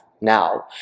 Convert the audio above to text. now